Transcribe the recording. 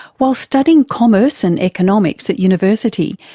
while studying commerce and economics at university,